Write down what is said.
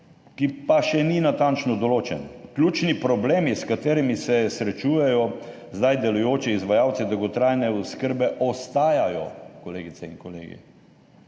ki pa še ni natančno določen. Ključni problemi, s katerimi se srečujejo zdaj delujoči izvajalci dolgotrajne oskrbe ostajajo, kolegice in kolegi.